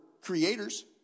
creators